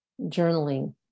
journaling